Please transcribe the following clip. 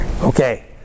Okay